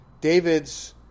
David's